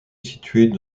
située